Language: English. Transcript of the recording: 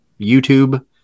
YouTube